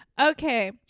Okay